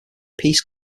peace